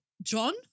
John